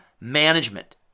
management